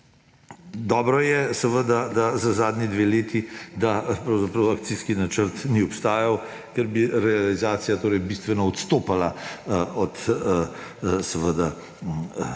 Dobro je seveda, da za zadnji dve leti pravzaprav akcijski načrt ni obstajal, ker bi realizacija bistveno odstopala od tistega,